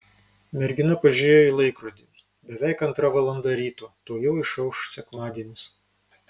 mergina pažiūrėjo į laikrodį beveik antra valanda ryto tuojau išauš sekmadienis